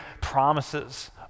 promises